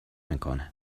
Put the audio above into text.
میکنه